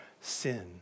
sin